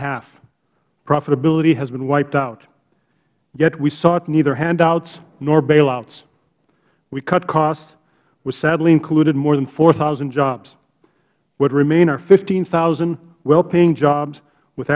half profitability has been wiped out yet we sought neither handouts nor bailouts we cut costs which sadly included more than four thousand jobs what remain our fifteen thousand wellpaying jobs with